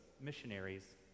Missionaries